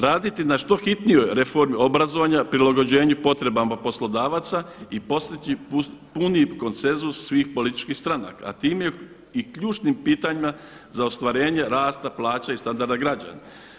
Raditi na što hitnijoj reformi obrazovanja prilagođenju potrebama poslodavaca i postići puni konsenzus svih političkih stranaka, a time i ključnim pitanjima za ostvarenje rasta plaća i standarda građana.